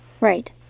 Right